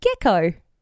Gecko